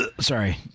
Sorry